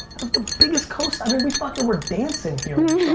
it was the biggest coast. i mean we fucking were dancing here